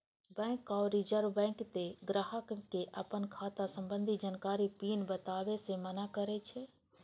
bank आ reserve bank तें ग्राहक कें अपन खाता संबंधी जानकारी, पिन बताबै सं मना करै छै